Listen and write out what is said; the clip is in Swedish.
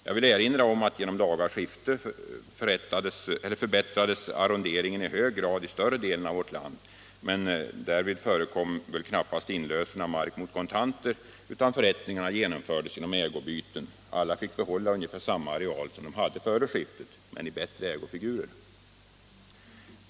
Jag vill erinra om att genom laga skifte förbättrades arronderingen i hög grad i större delen av vårt land. Därvid förekom knappast inlösen av mark mot kontanter, utan förrättningarna genomfördes genom ägoutbyten. Alla fick behålla ungefär samma areal som de hade före skiftet — men i bättre ägofigurer.